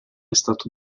stato